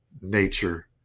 nature